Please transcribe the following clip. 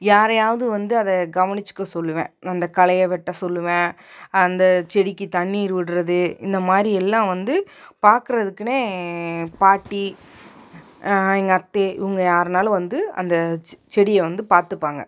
யாரையாவது வந்து அதை கவனிச்சுக்க சொல்லுவேன் அந்த களையை வெட்ட சொல்லுவேன் அந்த செடிக்கு தண்ணீர் விடறது இந்த மாதிரி எல்லாம் வந்து பார்க்கறதுக்குனே பாட்டி எங்கள் அத்தை இவங்க யாருனாலும் வந்து அந்த செ செடியை வந்து பார்த்துப்பாங்க